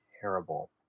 terrible